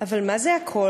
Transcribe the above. / אבל מה זה הכול?